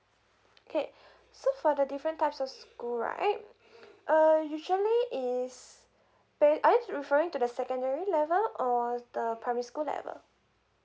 okay so for the different types of school right uh usually is pa~ are you referring to the secondary level or the primary school level